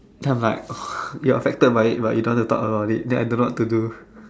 then I'm like oh you're affected by it but you don't want to talk about it then I don't know what to do